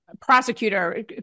prosecutor